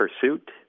pursuit